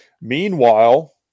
Meanwhile